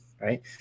Right